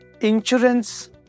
insurance